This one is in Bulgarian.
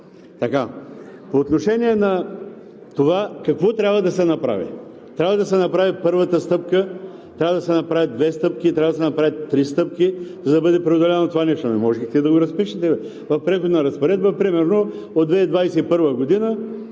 По отношение на това какво трябва да се направи? Трябва да се направи първата стъпка, трябва да се направят две стъпки, трябва да се направят три стъпки, за да бъде преодоляно това нещо. Можехте да го разпишете в преходна разпоредба, примерно от 2021 г.